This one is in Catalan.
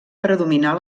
predominar